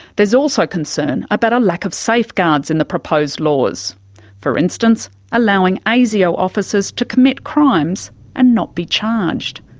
there's also concern about a lack of safeguards in the proposed laws for instance, allowing asio officers to commit crimes and not be charged.